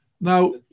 Now